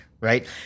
Right